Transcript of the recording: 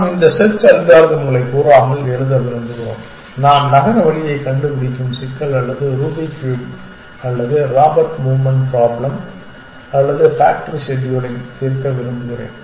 நாம் இந்த செர்ச் அல்காரிதம்களை கூறாமல் எழுத விரும்புகிறோம் நான் நகர வழியைக் கண்டுபிடிக்கும் சிக்கல் அல்லது ரூபிக் கியூப் Rubik's cube அல்லது ராபர்ட் மூவ்மென்ட் ப்ராப்ளம் அல்லது பேக்டரி ஷெட்யூலிங் ப்ராப்ளமைக் தீர்க்க விரும்புகிறேன்